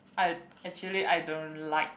I actually I don't like